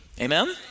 Amen